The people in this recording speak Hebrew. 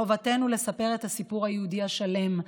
חובתנו לספר את הסיפור היהודי השלם,